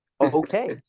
Okay